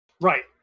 Right